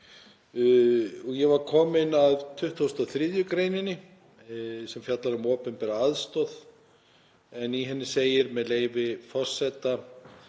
Ég var kominn að 23. gr., sem fjallar um opinbera aðstoð, en í henni segir, með leyfi forseta: